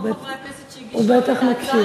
כל חברי הכנסת שהגישו את ההצעה,